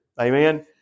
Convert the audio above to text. Amen